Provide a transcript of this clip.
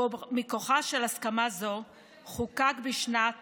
מכוחה של הסכמה זו חוקק בשנת